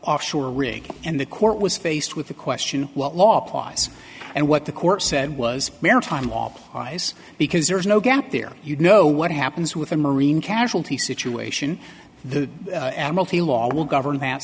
offshore rig and the court was faced with the question what law applies and what the court said was maritime law applies because there is no gap there you know what happens with a marine casualty situ ation the admiralty law will govern that